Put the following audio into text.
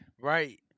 right